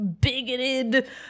bigoted